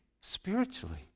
spiritually